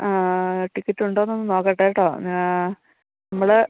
ആ ടിക്കറ്റ് ഉണ്ടോ എന്നൊന്ന് നോക്കട്ടെ കേട്ടോ ആ നമ്മൾ